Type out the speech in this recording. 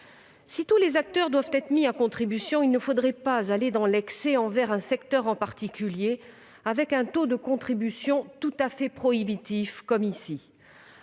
Si tous les secteurs doivent être mis à contribution, il ne faudrait pas tomber dans l'excès envers un secteur en particulier, avec un taux de contribution tout à fait prohibitif, comme